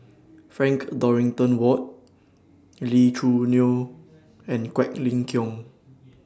Frank Dorrington Ward Lee Choo Neo and Quek Ling Kiong